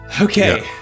Okay